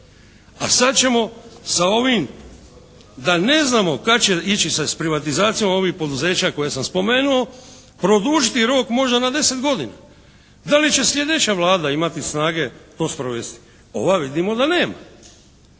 A sad ćemo sa ovim da ne znamo kad će se ići sa privatizacijom ovih poduzeća koje sam spomenuo, produžiti rok možda na deset godina. Da li će sljedeća Vlada imati snage to sprovesti? Ova vidimo da nema.